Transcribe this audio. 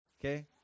Okay